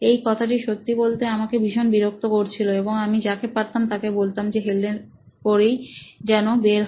এই কথাটি সত্যি বলতে আমাকে ভীষণ বিরক্ত করছিল এবং আমি যাকে পারতাম তাকে বলতাম যে হেলমেট পরেই যেন বের হয়